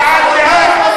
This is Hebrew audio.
הבעת דעה.